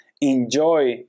enjoy